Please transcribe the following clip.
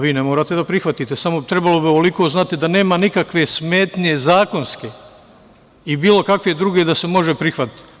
Vi ne morate da prihvatite, samo trebalo bi ovoliko znati da nema nikakve smetnje, zakonske, i bilo kakve druge da se može prihvatiti.